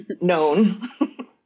known